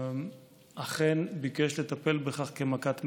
אכן ביקש לטפל בכך כמכת מדינה,